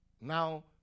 Now